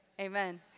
Amen